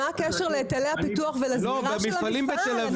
מה הקשר להיטלי הפיתוח ולסגירה של המפעל?